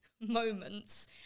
moments